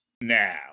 now